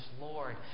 Lord